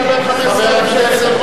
מה את רוצה?